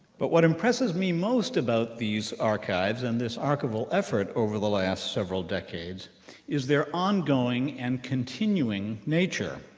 but what impresses me most about these archives and this archival effort over the last several decades is their ongoing and continuing nature.